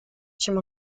чем